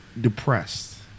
depressed